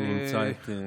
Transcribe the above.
אני אמצא את,